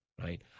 Right